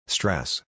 Stress